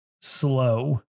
Slow